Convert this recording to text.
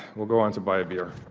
will go on to buy a beer.